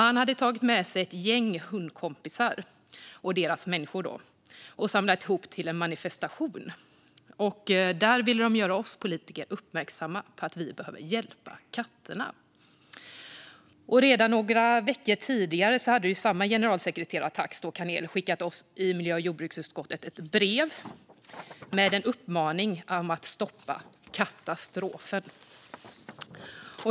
Han hade tagit med sig ett gäng hundkompisar och deras människor och samlat ihop till en manifestation som ville göra oss politiker uppmärksamma på att vi behöver hjälpa katterna. Redan några veckor tidigare hade samma generalsekreterar-tax, Kanel, skickat oss i miljö och jordbruksutskottet ett brev med en uppmaning att stoppa "kattastrofen".